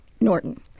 Norton